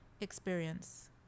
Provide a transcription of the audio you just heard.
experience